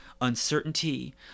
uncertainty